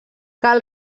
cal